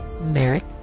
Merrick